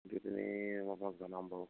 সুধিপিনে মই আপোনাক জনাম বাৰু